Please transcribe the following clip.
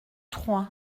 trois